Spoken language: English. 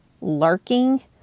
lurking